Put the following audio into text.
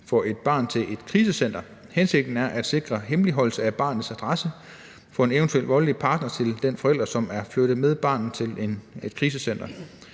af et barn til et krisecenter. Hensigten er at sikre hemmeligholdelse af barnets adresse for en eventuel voldelig partner til den forælder, som er flyttet med barnet til et krisecenter.